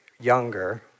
younger